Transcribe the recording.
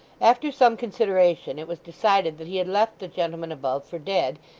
after some consideration, it was decided that he had left the gentleman above, for dead,